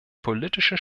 politische